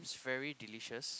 it's very delicious